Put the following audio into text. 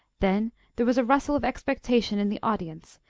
then there was a rustle of expectation in the audience,